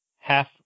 half